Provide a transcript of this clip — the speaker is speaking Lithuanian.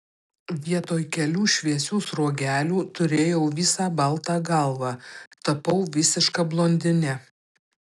vietoj kelių šviesių sruogelių turėjau visą baltą galvą tapau visiška blondine